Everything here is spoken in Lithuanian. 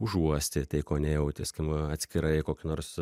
užuosti tai ko nejauti skima atskirai kokį nors